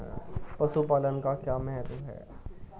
पशुपालन का क्या महत्व है?